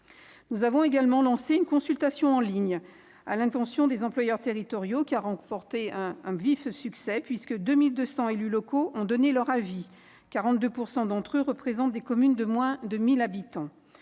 Nous avons également lancé une consultation en ligne à l'attention des employeurs territoriaux, laquelle a remporté un vif succès. Ainsi, 2 200 élus locaux ont donné leur avis, 42 % d'entre eux représentant des communes de moins de 1 000 habitants.